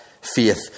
faith